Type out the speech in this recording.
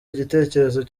igitekerezo